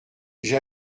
j’ai